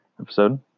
episode